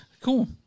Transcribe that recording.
Cool